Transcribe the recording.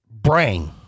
brain